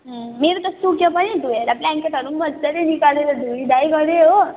मेरो त सुक्यो पनि धुएर ब्ल्याङ्केटहरू पनि मजाले निकालेर धोइधाइ गरेँ हो